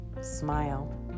smile